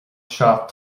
seo